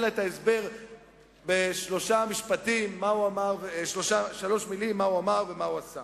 אלא את ההסבר בשלוש מלים, מה הוא אמר ומה הוא עשה.